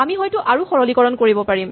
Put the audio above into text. আমি হয়তো আৰু সৰলীকৰণ কৰিব পাৰিম